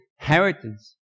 inheritance